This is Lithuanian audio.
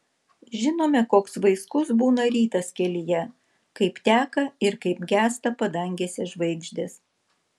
žinome koks vaiskus būna rytas kelyje kaip teka ir kaip gęsta padangėse žvaigždės